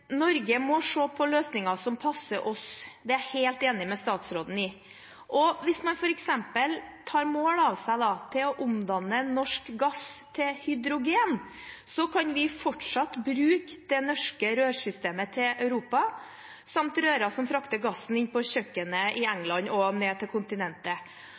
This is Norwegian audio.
Norge må se på løsninger som passer oss. Det er jeg helt enig med statsråden i. Hvis man f.eks. tar mål av seg til å omdanne norsk gass til hydrogen, kan vi fortsatt bruke det norske rørsystemet til Europa samt rørene som frakter gassen inn på kjøkkenet i England og ned til kontinentet.